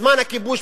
בזמן הכיבוש,